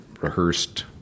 rehearsed